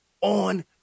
on